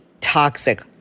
toxic